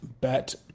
Bet